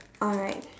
alright